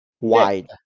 wide